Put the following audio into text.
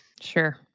Sure